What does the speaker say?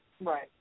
Right